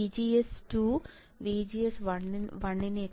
ഇപ്പോൾ VGS2VGS1 ആണ്